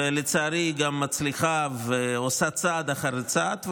לצערי היא גם מצליחה ועושה צעד אחר צעד,